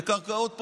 אלה קרקעות פרטיות.